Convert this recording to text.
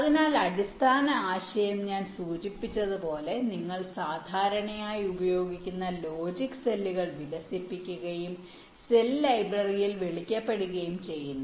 അതിനാൽ അടിസ്ഥാന ആശയം ഞാൻ സൂചിപ്പിച്ചതുപോലെ നിങ്ങൾ സാധാരണയായി ഉപയോഗിക്കുന്ന ലോജിക് സെല്ലുകൾ വികസിപ്പിക്കുകയും സെൽ ലൈബ്രറിയിൽ വിളിക്കപ്പെടുകയും ചെയ്യുന്നു